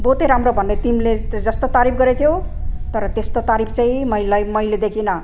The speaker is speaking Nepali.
बहुतै राम्रो भन्ने तिमीले जस्तो तारिफ गरेको थियौ तर त्यस्तो तारिफ चाहिँ मैलाई मैले देखिन्